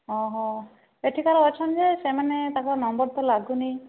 ଓହୋ ଏଠିକାର ଅଛନ୍ତି ଯେ ସେମାନେ ତାଙ୍କ ନମ୍ବର ତ ଲାଗୁନି